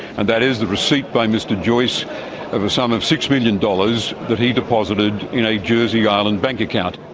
and that is the receipt by mr joyce of a sum of six million dollars that he deposited in a jersey island bank account.